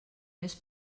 més